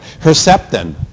Herceptin